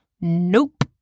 Nope